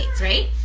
right